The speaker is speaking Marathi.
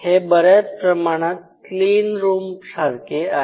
हे बऱ्याच प्रमाणात क्लीन रूम सारखे आहे